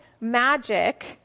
magic